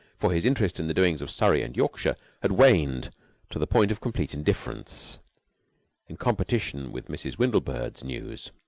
for his interest in the doings of surrey and yorkshire had waned to the point of complete indifference in competition with mrs. windlebird's news.